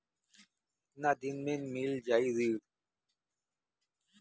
कितना दिन में मील जाई ऋण?